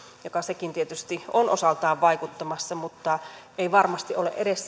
joka sekin tietysti on osaltaan vaikuttamassa mutta ei varmasti ole edes